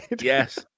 Yes